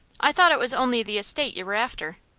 i thought it was only the estate you were after?